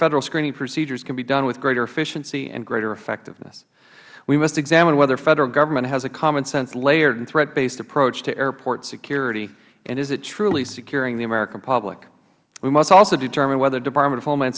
federal screening procedures can be done with greater efficiency and greater effectiveness we must examine whether federal government has a common sense layered and threat based approach to airport security and is it truly securing the american public we must also determine whether the department of homeland